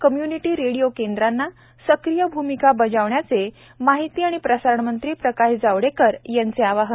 community radio केंद्रांना सक्रिय भूमिकाबजावण्याचे माहिती आणि प्रसारण मंत्री प्रकाश जावडेकर यांचे आवाहन